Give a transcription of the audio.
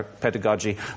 pedagogy